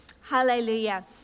Hallelujah